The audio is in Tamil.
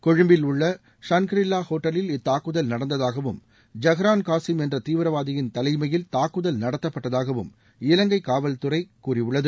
கொழும்பில் உள்ள ஷன்கிரில்லா ஹோட்டலில் இத்தாக்குதல் நடந்ததாகவும் ஐஹ்ரான் காசிம் என்ற தீவிரவாதியின் தலைமையில் தாக்குதல் நடத்தப்பட்டதாகவும் இலங்கை காவல்துறை கூறியுள்ளார்